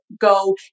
go